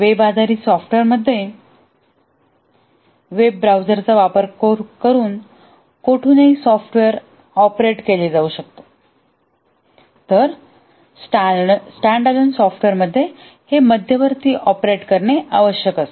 web आधारित software मध्ये web ब्राउझरचा वापर करून कोठुनही सॉफ्टवेअर ऑपरेट केले जाऊ शकते तर स्टँडअलोन सॉफ्टवेअर मध्ये हे मध्यवर्ती ऑपरेट करणे आवश्यक आहे